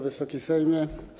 Wysoki Sejmie!